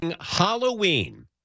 Halloween